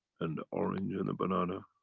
and the orange and the banana.